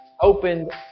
opened